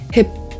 Hip-